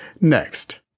Next